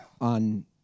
on